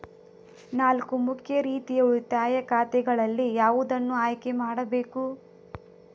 ನಾಲ್ಕು ಮುಖ್ಯ ರೀತಿಯ ಉಳಿತಾಯ ಖಾತೆಗಳಲ್ಲಿ ಯಾವುದನ್ನು ಆಯ್ಕೆ ಮಾಡಬೇಕು?